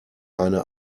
eine